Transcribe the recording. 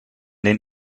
den